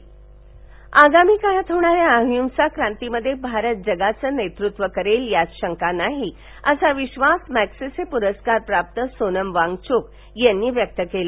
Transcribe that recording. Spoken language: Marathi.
जळगाव आगामी काळात होणाऱ्या अहिंसा क्रांतीमध्ये भारत जगाचे नेतृत्व करेल यात शंका नाही असा विधास मॅगेसेसे पुरस्कार प्राप्त सोनम वांगचुक यांनी व्यक्त केला